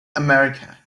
america